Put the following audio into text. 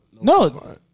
No